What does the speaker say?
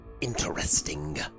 interesting